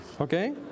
Okay